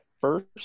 first